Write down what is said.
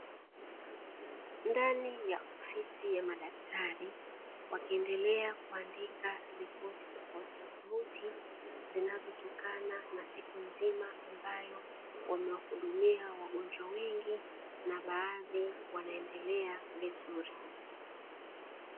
Ndani ya ofisi ya madaktari wakiendelea kuandika ripoti tofautitofauti zinazotikana na siku nzima, ambayo wamewahudumia wagonjwa wengi na baadhi wanaendelea vizuri.